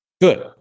Good